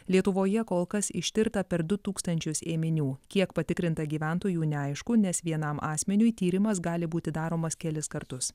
lietuvoje kol kas ištirta per du tūkstančius ėminių kiek patikrinta gyventojų neaišku nes vienam asmeniui tyrimas gali būti daromas kelis kartus